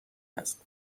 است